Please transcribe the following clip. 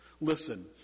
Listen